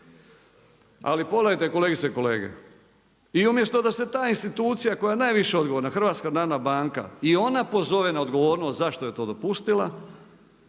Ali pogledajte kolegice i kolege, i umjesto da se ta institucija koja najviše odgovorna HNB i ona pozove na odgovornost zašto je to dopustila